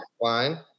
line